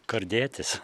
kur dėtis